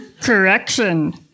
Correction